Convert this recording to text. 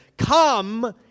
Come